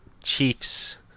Chiefs